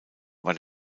war